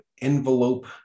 envelope